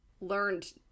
learned